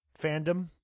fandom